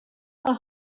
her